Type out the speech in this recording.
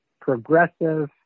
progressive